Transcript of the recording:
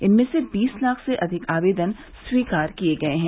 इनमें से बीस लाख से अधिक आवेदन स्वीकार किये गये हैं